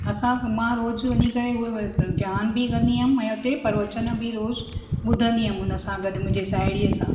असां मां रोज़ वञी करे उहे ध्यानु बि कंदी हुअमि ऐं हुते परवचन बि रोज़ ॿुधंदी हुअमि उनसां गॾु मुंहिजे साहेड़ीअ सां